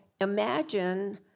imagine